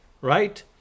Right